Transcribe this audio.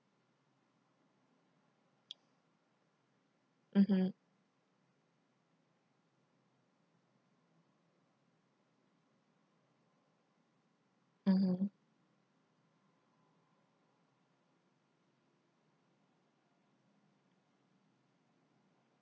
mmhmm mmhmm